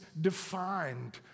defined